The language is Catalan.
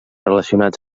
relacionats